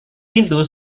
pintu